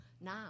now